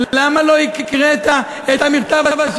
למה לא הקראת את המכתב,